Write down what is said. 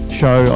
show